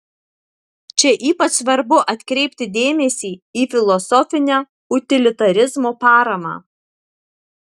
čia ypač svarbu atkreipti dėmesį į filosofinę utilitarizmo paramą